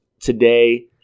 today